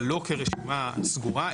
אבל לא כרשימה סגורה,